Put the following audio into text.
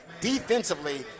Defensively